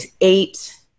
eight